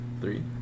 Three